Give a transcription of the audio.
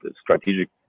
strategic